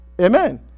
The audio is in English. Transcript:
Amen